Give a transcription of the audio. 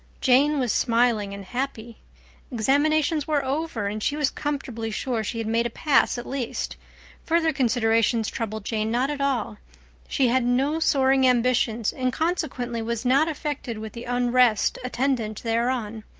jane was smiling and happy examinations were over and she was comfortably sure she had made a pass at least further considerations troubled jane not at all she had no soaring ambitions and consequently was not affected with the unrest attendant thereon.